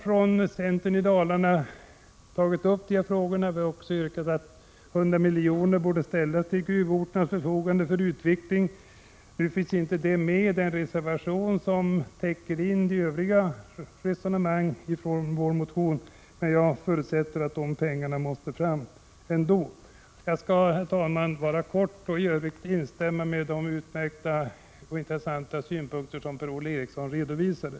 Från centern i Dalarna har vi tagit upp de här frågorna och yrkat att 100 milj.kr. borde ställas till gruvorternas förfogande för utveckling. Nu finns inte detta med i den reservation som täcker in de övriga resonemangen i vår motion, men jag förutsätter att de pengarna måste fram ändå. Herr talman! Jag skall fatta mig kort och i övrigt bara instämma i de utmärkta och intressanta synpunkter som Per-Ola Eriksson redovisade.